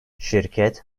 şirket